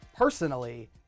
Personally